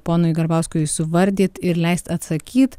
ponui garbauskui suvardyt ir leist atsakyt